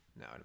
No